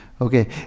Okay